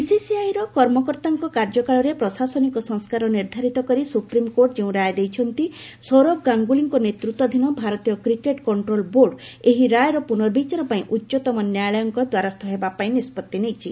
BCCI ବିସିସିଆଇର କର୍ମକର୍ତ୍ତାଙ୍କ କାର୍ଯ୍ୟକାଳରେ ପ୍ରଶାସନିକ ସଂସ୍କାର ନିର୍ଦ୍ଧାରିତ କରି ସୁପ୍ରିମକୋର୍ଟ ଯେଉଁ ରାୟ ଦେଇଛନ୍ତି ସୌରଭ ଗାଙ୍ଗୁଲିଙ୍କ ନେତୃତ୍ୱାଧୀନ ଭାରତୀୟ କ୍ରିକେଟ କଣ୍ଟ୍ରୋଲ ବୋର୍ଡ ଏହି ରାୟର ପୁର୍ନବିଚାର ପାଇଁ ଉଚ୍ଚତମ ନ୍ୟାୟାଳୟଙ୍କ ଦ୍ୱାରସ୍ଥ ହେବା ପାଇଁ ନିଷ୍କଉ ନେଇଛି